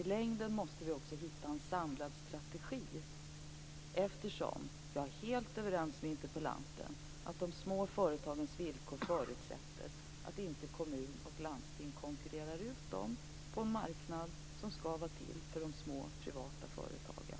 I längden måste vi också hitta en samlad strategi, eftersom jag är helt överens med interpellanten om att de små företagens villkor förutsätter att kommun och landsting inte konkurrerar ut dem på en marknad som skall vara till för de små privata företagen.